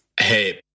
hey